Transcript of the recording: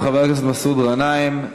חבר הכנסת מסעוד גנאים,